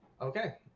Okay